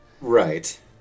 Right